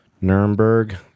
Nuremberg